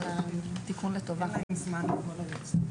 לגבי התיקון.